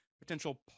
potential